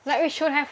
like we should have